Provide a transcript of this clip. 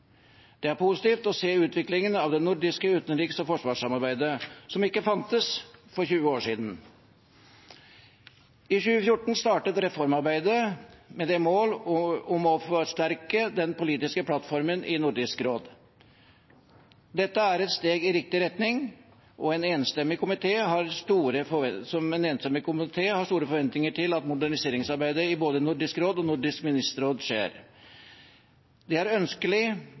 Det er positivt å se utviklingen av det nordiske utenriks- og forsvarssamarbeidet, som ikke fantes for 20 år siden. I 2014 startet reformarbeidet med det mål å forsterke den politiske plattformen i Nordisk råd. Dette er et steg i riktig retning. En enstemmig komité har store forventninger til at moderniseringsarbeidet i både Nordisk råd og Nordisk ministerråd skjer. Det er ønskelig